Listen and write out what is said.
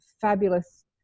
fabulous